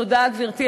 תודה, גברתי.